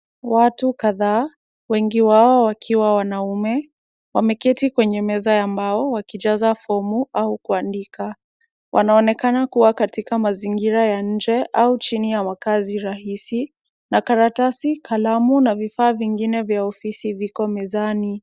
Watu kadhaa, wengi wao wakiwa wanaume wameketi kwenye meza ya mbao wakijaza fomu au kuandika. Wanaonekana kuwa katika mazingira ya nje au chini ya makaazi rahisi na karatasi, kalamu na vifaa vingine vya ofisi viko mezani.